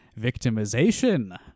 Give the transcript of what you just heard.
victimization